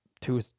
two